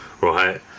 right